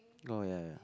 oh ya ya